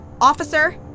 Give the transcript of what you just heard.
Officer